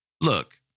Look